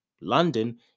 London